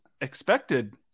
expected